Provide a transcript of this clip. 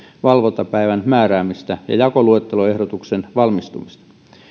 valvontapäivän määräämistä ja jakoluetteloehdotuksen valmistumista